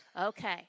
Okay